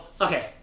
okay